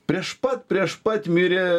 prieš pat prieš pat mirė